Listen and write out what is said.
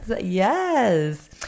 yes